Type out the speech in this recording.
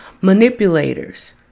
manipulators